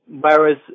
Whereas